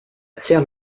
seal